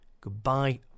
goodbye